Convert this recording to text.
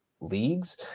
leagues